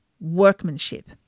workmanship